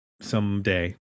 someday